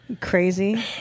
crazy